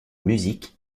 musique